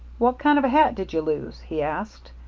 what kind of a hat did you lose he asked,